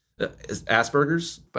Asperger's